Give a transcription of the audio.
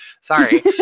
Sorry